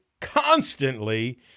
constantly